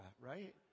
right